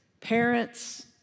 parents